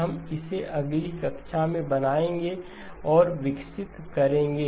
हम इसे अगली कक्षा में बनाएंगे और विकसित करेंगे